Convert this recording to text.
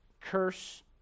curse